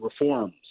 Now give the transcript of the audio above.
reforms